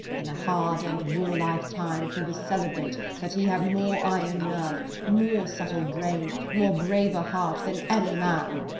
in a hard and warlike time he was celebrate that he have more iron nerve, more subtle brain, more braver heart, than any man.